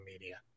media